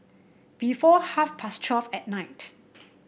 before half past twelve at night